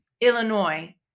Illinois